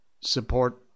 support